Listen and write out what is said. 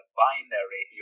binary